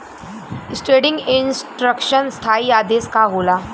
Standing instruction स्थाई आदेश का होला?